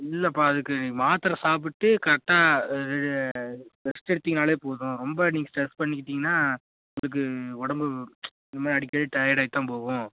இல்லைப்பா அதுக்கு மாத்திர சாப்பிட்டு கரெக்டாக ரெஸ்ட் எடுத்தீங்கன்னாலே போதும் ரொம்ப நீங்கள் ஸ்ட்ரெஸ் பண்ணிகிட்டீங்கன்னா உங்களுக்கு உடம்பு இந்தமாதிரி அடிக்கடி டயர்ட் ஆகிதான் போகும்